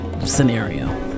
scenario